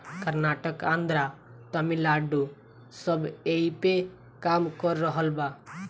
कर्नाटक, आन्द्रा, तमिलनाडू सब ऐइपे काम कर रहल बा